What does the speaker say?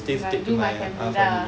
ah do my family lah